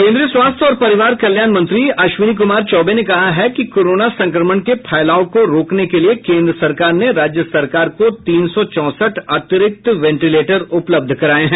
केन्द्रीय स्वास्थ्य और परिवार कल्याण मंत्री अश्विनी कुमार चौबे ने कहा है कि कोरोना संक्रमण के फैलाव को रोकने के लिए केन्द्र सरकार ने राज्य सरकार को तीन सौ चौसठ अतिरिक्त वेंटिलेटर उपलब्ध कराये हैं